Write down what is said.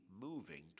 moving